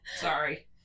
Sorry